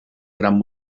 gran